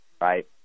right